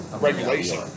regulation